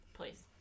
Please